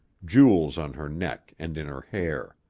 jewels on her neck and in her hair.